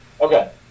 Okay